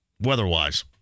weather-wise